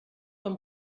vom